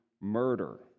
murder